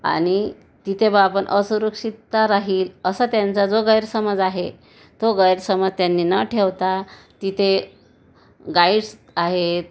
आणि तिथे बा आपण असुरक्षितता राहील असा त्यांचा जो गैरसमज आहे तो गैरसमज त्यांनी न ठेवता तिथे गाइड्स आहेत